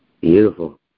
Beautiful